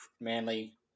Manly